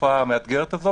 בתקופה המאתגרת הזאת,